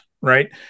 right